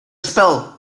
spell